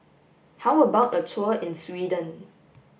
how about a tour in Sweden